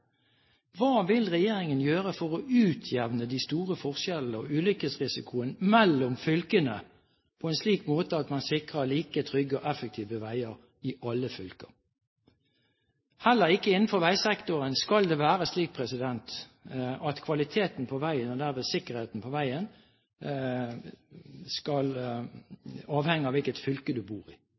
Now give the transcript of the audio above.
Hva vil regjeringen gjøre for å utjevne de store forskjellene og ulykkesrisikoen mellom fylkene på en slik måte at man sikrer like trygge og effektive veier i alle fylker? Heller ikke innen veisektoren skal det være slik at kvaliteten på veien, og dermed sikkerheten på veien, skal avhenge av hvilket fylke man bor i.